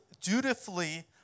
dutifully